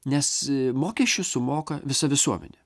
nes mokesčius sumoka visa visuomenė